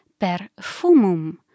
perfumum